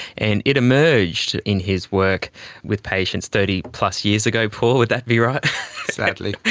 and it emerged in his work with patients thirty plus years ago, paul, would that be right? like like